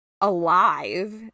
alive